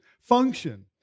function